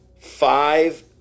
five